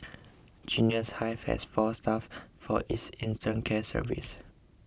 Genius Hive has four staff for its infant care services